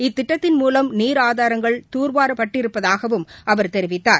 இத்திட்டத்தின் மூலம் நீர் ஆதாரங்கள் தூர்வாரப்பட்டிருப்பதாகவும் அவர் தெரிவித்தார்